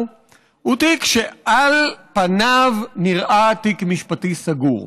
הוא תיק שעל פניו נראה תיק משפטי סגור.